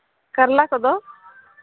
ᱠᱟᱨᱞᱟ ᱠᱚᱫᱚ